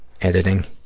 editing